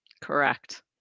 Correct